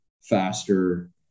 faster